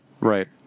right